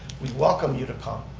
we welcome you to comment,